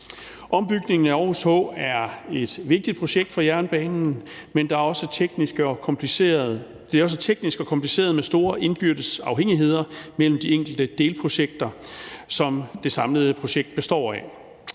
Ombygningen af Aarhus H er et vigtigt projekt for jernbanen, men det er også teknisk og kompliceret med store indbyrdes afhængigheder mellem de enkelte delprojekter, som det samlede projekt består af.